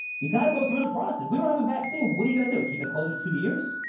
you got to go through the process. we don't have a vaccine. what are you going to do? keep it closed for two years.